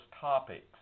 topics